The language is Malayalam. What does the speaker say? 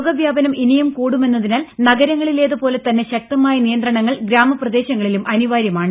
രോഗവ്യാപനം ഇനിയും കൂടുമെന്നതിനാൽ നഗരങ്ങളിലേതു പോലെത്തന്നെ ശക്തമായ നിയന്ത്രണങ്ങൾ ഗ്രാമപ്രദേശങ്ങളിലും അനിവാര്യമാണ്